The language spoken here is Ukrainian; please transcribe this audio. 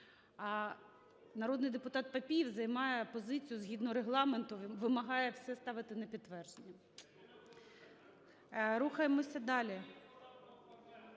народний депутат Папієв займає позицію: згідно Регламенту він вимагає все ставити на підтвердження. 13:04:40 За-49